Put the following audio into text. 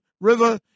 River